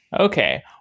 Okay